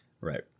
right